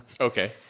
Okay